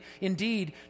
indeed